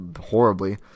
horribly